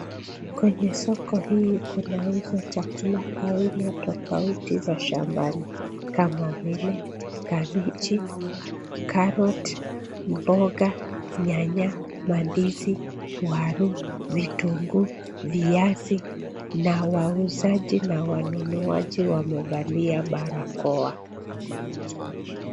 Kwenye soko hii kunauzwa chakula aina tofauti za shambani kama vile kabeji, carrot , mboga, nyanya, mandizi, waruu, vitunguu, viazi na wauzaji na wanunuaji wamevalia barakoa.